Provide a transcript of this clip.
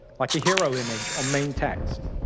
like a hero image or main text.